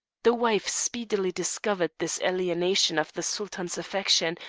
the wife speedily discovered this alienation of the sultan's affection,